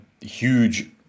huge